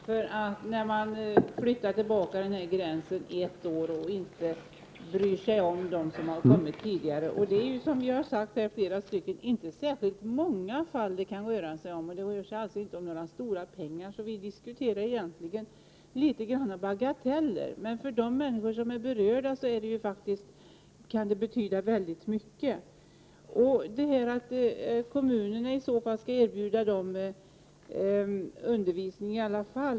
Herr talman! Jag förstår inte riktigt hur socialdemokraterna har tänkt egentligen när de flyttar denna gräns ett år bakåt men inte bryr sig om dem som har kommit tidigare. Som flera talare här har påpekat handlar det inte om särskilt många fall, och därmed inte om några stora pengar. Vi diskuterar därför på sätt och vis bagateller. Men för dem som berörs kan det betyda väldigt mycket. Ingvar Johnsson sade att kommunerna skall erbjuda dessa människor undervisning ändå.